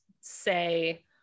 say